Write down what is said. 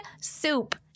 soup